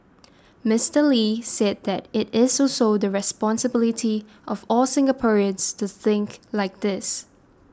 Mister Lee said that it is also the responsibility of all Singaporeans to think like this